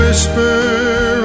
Whisper